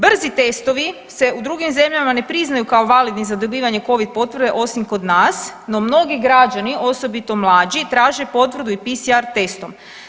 Brzi testovi se u drugim zemljama ne priznaju kao validni za dobivanje covid potvrde osim kod nas, no mnogi građani osobito mlađi traže potvrdu i PCR testom.